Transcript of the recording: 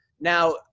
now